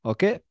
Okay